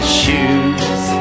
shoes